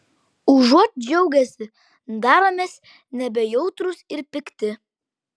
užuot džiaugęsi daromės nebejautrūs ir pikti